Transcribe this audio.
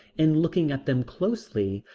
in looking at them closely,